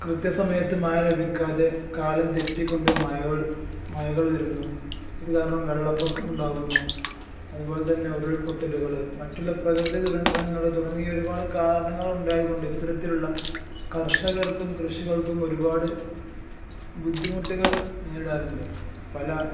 കൃത്യസമയത്ത് മഴ ലഭിക്കാതെ കാലം തെറ്റിക്കൊണ്ട് മഴകൾ മഴകൾ വരുന്നു അത് കാരണം വെള്ളപ്പൊക്കം ഉണ്ടാകുന്നു അതുപോലെ തന്നെ ഉരുൾ പൊട്ടലുകൾ മറ്റുള്ള പ്രകൃതി ദുരന്തങ്ങൾ തുടങ്ങിയ ഒരുപാട് കാരണങ്ങൾ ഉണ്ടായത് കൊണ്ട് ഇത്തരത്തിലുള്ള കർഷകർക്കും കൃഷികൾക്കും ഒരുപാട് ബുദ്ധിമുട്ടുകൾ നേരിടാറുണ്ട് പല